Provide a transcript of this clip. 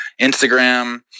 Instagram